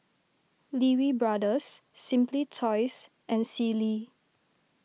Lee Wee Brothers Simply Toys and Sealy